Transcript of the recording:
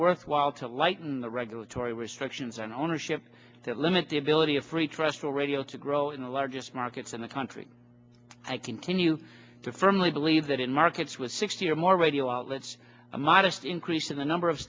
worthwhile to lighten the regulatory was fictions and ownership to limit the ability of free trustful radio to grow in the largest markets in the country i continue to firmly believe that in markets with sixty or more radio outlets a modest increase in the number of